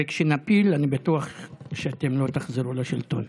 וכשנפיל אני בטוח שאתם לא תחזרו לשלטון.